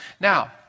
Now